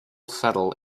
settle